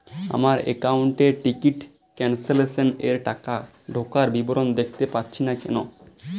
আমার একাউন্ট এ ticket cancellation এর টাকা ঢোকার বিবরণ দেখতে পাচ্ছি না কেন?